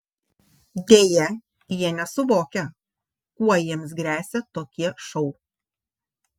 deja jie nesuvokia kuo jiems gresia tokie šou